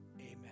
Amen